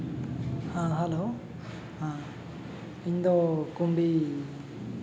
ᱦᱮᱸ ᱦᱮᱞᱳ ᱤᱧᱫᱚ ᱠᱩᱢᱲᱤ